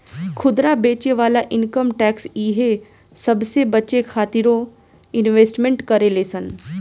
खुदरा बेचे वाला इनकम टैक्स इहे सबसे बचे खातिरो इन्वेस्टमेंट करेले सन